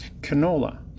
canola